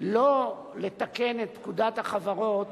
לא לתקן את פקודת החברות